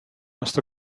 must